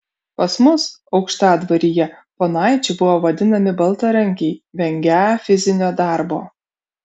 pas mus aukštadvaryje ponaičiu buvo vadinami baltarankiai vengią fizinio darbo